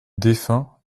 défunt